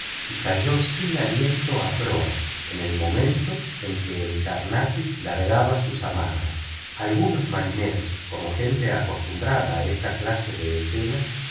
y cayó sin aliento a proa en el momento en que el carnatic largaba sus amarras algunos marineros como gente acostumbrada a esta clase de escenas